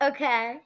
Okay